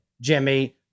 Jimmy